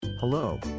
Hello